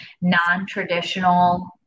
non-traditional